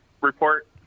report